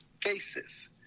cases